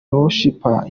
worshipers